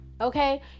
Okay